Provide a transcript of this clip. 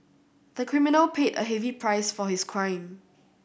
the criminal paid a heavy price for his crime